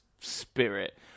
spirit